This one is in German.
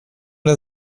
der